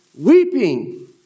weeping